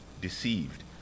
deceived